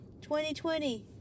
2020